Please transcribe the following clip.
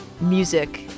music